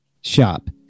shop